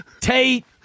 Tate